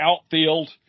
outfield